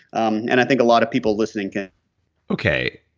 and i think a lot of people listening can okay,